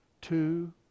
two